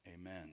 Amen